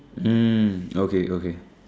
mm okay okay